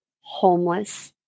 homeless